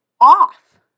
off